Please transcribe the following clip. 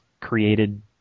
created